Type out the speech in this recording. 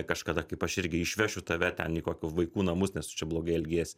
kažkada kaip aš irgi išvešiu tave ten į kokį vaikų namus nes tu čia blogai elgiesi